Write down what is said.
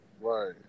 Right